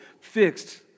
fixed